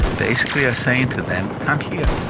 basically are saying to them, come here,